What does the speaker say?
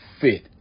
fit